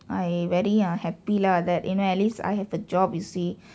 I very ah happy lah that you know at least I have a job you see